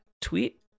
tweet